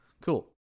cool